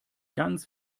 ganz